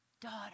daughter